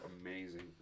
amazing